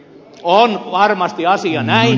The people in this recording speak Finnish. on varmasti asia näin